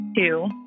two